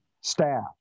staff